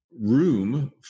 room